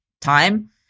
time